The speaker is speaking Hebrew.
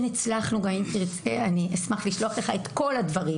אם תרצה אני אשמח לשלוח לך את כל הדברים